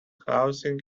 housing